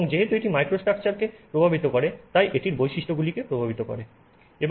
এবং যেহেতু এটি মাইক্রোস্ট্রাকচারকে প্রভাবিত করে তাই এটির বৈশিষ্ট্যগুলিকে প্রভাবিত করে